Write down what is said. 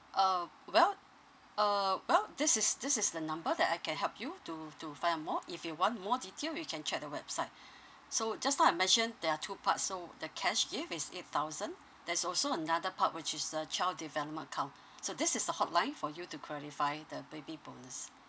uh well uh well this is this is the number that I can help you to to find out more if you want more detail you can check the website so just now I mentioned there are two parts so the cash gift is eight thousand there's also another part which is the child development account so this is the hotline for you to clarify the baby bonus